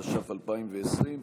התש"ף 2020,